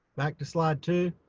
back to slide two.